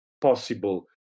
possible